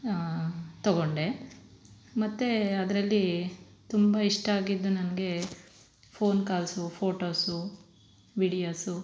ತಗೊಂಡೆ ಮತ್ತು ಅದರಲ್ಲಿ ತುಂಬ ಇಷ್ಟ ಆಗಿದ್ದು ನನಗೆ ಫೋನ್ ಕಾಲ್ಸು ಫೋಟೋಸು ವಿಡಿಯೋಸು